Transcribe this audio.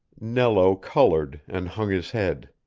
nello colored and hung his head.